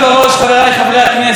חבריי חברי הכנסת,